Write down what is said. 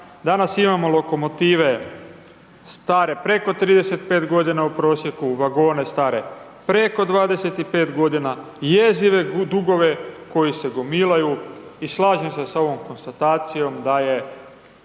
danas imamo lokomotive stare preko 35 godina u prosjeku, vagone stare preko 25 godina, jezive dugove koji se gomilaju i slažem se s ovom konstatacijom da je